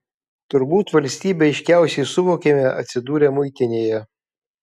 turbūt valstybę aiškiausiai suvokiame atsidūrę muitinėje